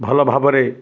ଭଲ ଭାବରେ